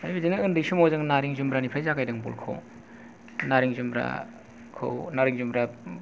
ओमफ्राय बिदिनो उन्दै समाव जों नारें जुम्ब्रानिफ्राय जागायदों बल खौ नारें जुम्ब्राखौ